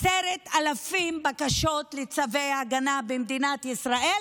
יש 10,000 בקשות לצווי הגנה במדינת ישראל,